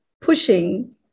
pushing